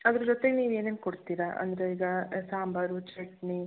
ಅದ್ರ ಜೊತೆಗೆ ನೀವು ಏನೇನು ಕೊಡ್ತೀರ ಅಂದರೆ ಈಗ ಸಾಂಬಾರು ಚಟ್ನಿ